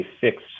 fixed